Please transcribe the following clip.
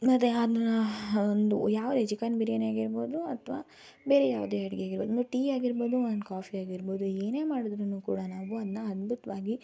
ಒಂದು ಯಾವುದೇ ಚಿಕನ್ ಬಿರಿಯಾನಿ ಆಗಿರ್ಬೋದು ಅಥ್ವಾ ಬೇರೆ ಯಾವುದೇ ಅಡುಗೆ ಆಗಿರ್ಬೋದು ಒಂದು ಟೀ ಆಗಿರ್ಬೋದು ಒಂದು ಕಾಫಿ ಆಗಿರ್ಬೋದು ಏನೇ ಮಾಡಿದ್ರೂ ಕೂಡ ನಾವು ಅದನ್ನ ಅದ್ಭುತವಾಗಿ